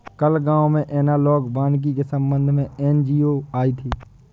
कल गांव में एनालॉग वानिकी के संबंध में एन.जी.ओ आई थी